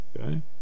Okay